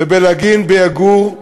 בטירת-כרמל וב"לגין" ביגור,